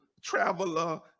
traveler